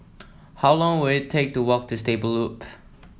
how long will it take to walk to Stable Loop